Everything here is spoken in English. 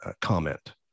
comment